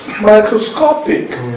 microscopic